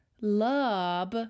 love